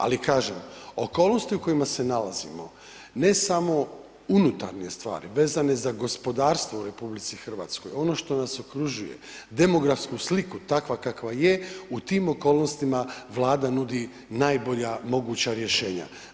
Ali kažem, okolnosti u kojima se nalazimo, ne samo unutarnje stvari vezane za gospodarstvo u RH, ono što nas okružuje, demografsku sliku takva kakva je, u tim okolnostima Vlada nudi najbolja moguća rješenja.